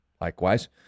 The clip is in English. Likewise